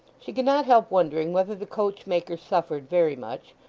she could not help wondering whether the coach-maker suffered very much,